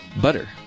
Butter